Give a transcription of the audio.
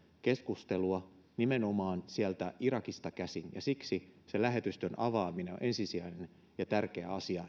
keskustelua nimenomaan sieltä irakista käsin ja siksi se lähetystön avaaminen on ensisijainen ja tärkeä asia